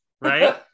Right